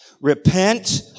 Repent